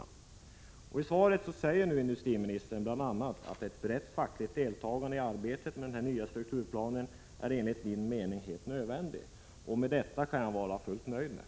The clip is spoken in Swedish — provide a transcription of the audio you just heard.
Industriministern säger nu i sitt svar bl.a. att ett brett fackligt deltagande i arbetet med den nya strukturplanen enligt hans mening är helt nödvändig. Med detta kan jag vara fullt nöjd.